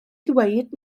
ddweud